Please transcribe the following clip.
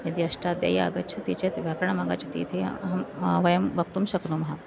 यदि अष्टाध्यायी आगच्छति चेत् व्याकरणम् आगच्छति इति अहं वयं वक्तुं शक्नुमः